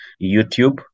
YouTube